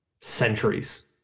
centuries